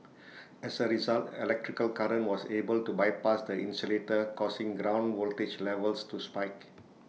as A result electrical current was able to bypass the insulator causing ground voltage levels to spike